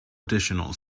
additional